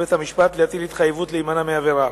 בית-המשפט להטיל התחייבות להימנע מעבירה.